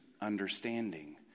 understanding